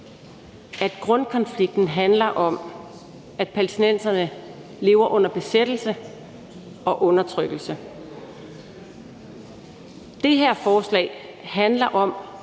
at grundkonflikten handler om, at palæstinenserne lever under besættelse og undertrykkelse. Det her forslag handler om